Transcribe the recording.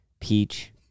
peach